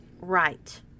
right